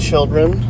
children